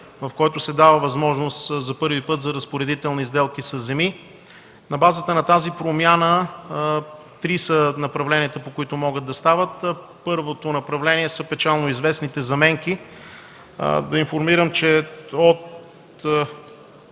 в който се дава възможност за първи път за разпоредителни сделки със земи. На базата на тази промяна три са направленията, по които могат да стават. Първото направление са печално известните заменки. Да информирам, че до